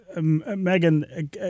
Megan